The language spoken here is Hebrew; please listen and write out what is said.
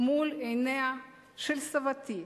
מול עיניה של סבתי,